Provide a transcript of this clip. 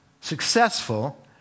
successful